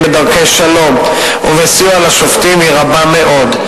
בדרכי שלום ובסיוע לשופטים היא רבה מאוד.